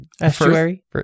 Estuary